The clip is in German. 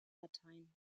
dateien